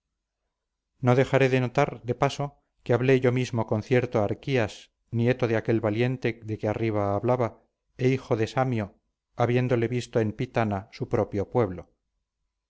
no dejaré de notar de paso que hablé yo mismo con cierto arquías nieto de aquel valiente de que arriba hablaba e hijo de samio habiéndole visto en pitana su propio pueblo